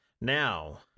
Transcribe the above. Now